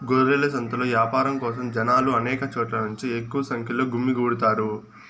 గొర్రెల సంతలో యాపారం కోసం జనాలు అనేక చోట్ల నుంచి ఎక్కువ సంఖ్యలో గుమ్మికూడతారు